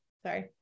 sorry